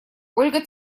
ольга